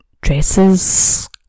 dresses